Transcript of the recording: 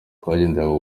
twagendaga